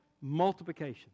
multiplication